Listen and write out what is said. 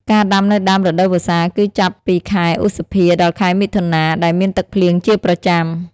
ការដាំនៅដើមរដូវវស្សាគឺចាប់ពីខែឧសភាដល់ខែមិថុនា ដែលមានទឹកភ្លៀងជាប្រចាំ។